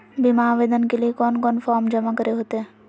बीमा आवेदन के लिए कोन कोन फॉर्म जमा करें होते